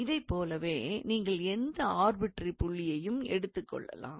இதைப்போலவே நீங்கள் எந்த ஆர்பிட்ரரி புள்ளியையும் எடுத்துக் கொள்ளலாம்